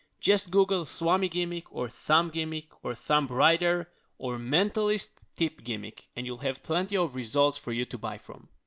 just google swami gimmick or thumb gimmick or thumb writer or mentalist tip gimmick and you'll have plenty of results for you to buy from.